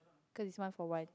cause it's one for one